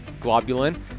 globulin